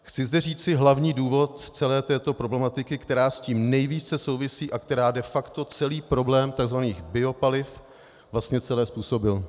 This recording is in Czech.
Chci zde říci hlavní důvod celé této problematiky, která s tím nejvíce souvisí a která de facto celý problém tzv. biopaliv vlastně způsobila.